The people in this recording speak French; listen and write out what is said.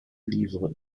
livre